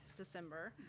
December